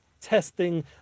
testing